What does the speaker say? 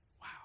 Wow